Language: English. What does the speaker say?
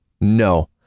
No